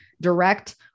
direct